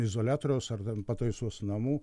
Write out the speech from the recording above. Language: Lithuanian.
izoliatoriaus ar ten pataisos namų